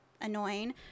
annoying